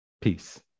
Peace